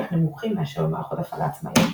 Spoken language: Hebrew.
נמוכים מאשר במערכות הפעלה עצמאיות.